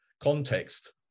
context